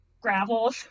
gravel